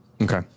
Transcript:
Okay